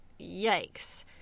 yikes